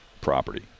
property